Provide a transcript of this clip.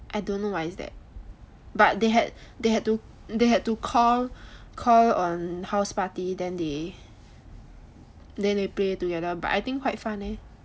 I don't know what is that but they had to they had to they had to call on houseparty then they play together but I think quite fun leh